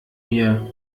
mir